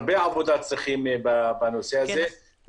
הרבה עבודה צריכים בנושא הזה,